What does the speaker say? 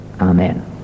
Amen